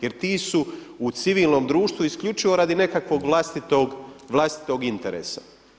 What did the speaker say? Jer ti su u civilnom društvu isključivo radi nekakvog vlastitog interesa.